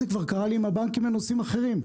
זה קרה לי עם הבנקים בנושאים אחרים,